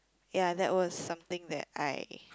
ya that was something that I